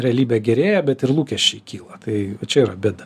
realybė gerėja bet ir lūkesčiai kyla tai va čia yra bėda